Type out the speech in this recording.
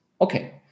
okay